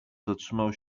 zatrzymał